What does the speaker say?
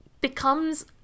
becomes